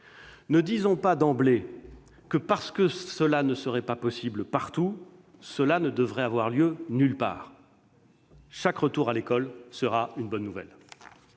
Ne disons pas d'emblée que, parce que la reprise ne serait pas possible partout, elle ne devrait avoir lieu nulle part. Chaque retour à l'école sera une bonne nouvelle.